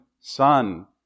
Son